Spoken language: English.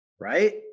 right